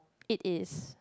it is